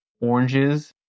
oranges